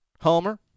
Homer